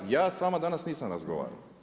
Ja s vama danas nisam razgovarao.